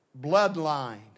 bloodline